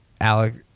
alex